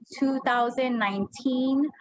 2019